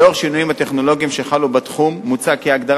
לאור השינויים הטכנולוגיים שחלו בתחום מוצע כי ההגדרה